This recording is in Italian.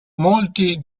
molti